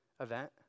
event